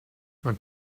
man